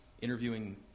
interviewing